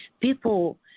People